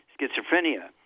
schizophrenia